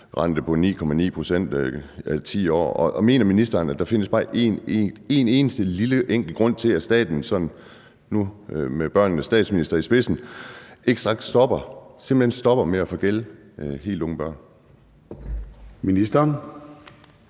på 9,9 pct. i 10 år. Mener ministeren, at der findes bare en eneste lille enkelt grund til, at staten med børnenes statsminister i spidsen ikke stopper med at forgælde helt små børn? Kl.